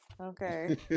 Okay